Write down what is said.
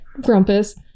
grumpus